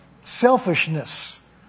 selfishness